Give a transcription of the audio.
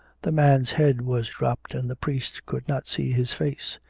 the man's head was dropped, and the priest could not see his face.